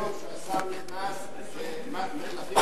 מהיום שהשר נכנס אלה מחלפים אחרים לגמרי.